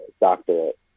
doctorate